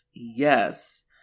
yes